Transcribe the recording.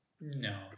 No